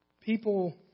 people